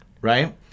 right